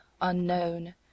unknown